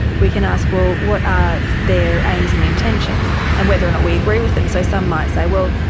we can ask, well, what are their aims and intentions and whether or not we agree with them. so some might say, well,